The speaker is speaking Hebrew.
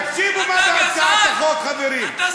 חבר הכנסת חזן, תודה רבה.